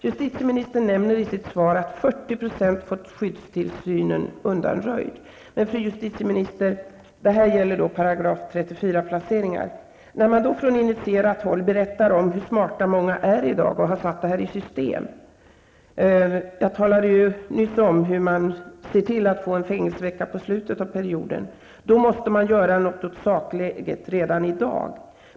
Justitieministern nämner i sitt svar att 40 % av dem som fått § 34-placeringar fått skyddstillsynen undanröjd. Men från initierat håll berättar man om hur smarta många är i dag och hur detta har satts i system -- jag talade ju nyss om hur personer ser till att få en fängelsevecka i slutet av perioden. Man måste därför redan i dag göra något åt sakläget.